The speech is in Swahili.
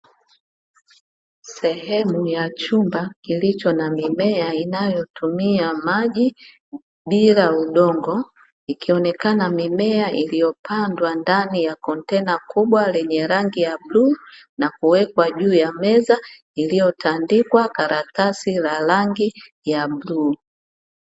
Sehemu ya chumba kilicho na mimea inayotumia maji bila udongo, ikionekana mimea iliyopandwa ndani ya kontena kubwa lenye rangi ya rangi ya bluu, na kuwekwa juu ya meza iliyotandikwa karatasi la rangi ya bluu.